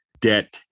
debt